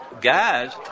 guys